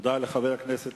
תודה לחבר הכנסת